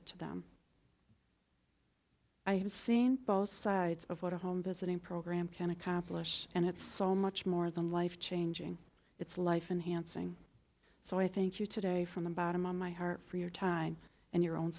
it to them i have seen both sides of what a home visiting program can accomplish and it's so much more than life changing its life and hansing so i thank you today from the bottom of my heart for your time and your own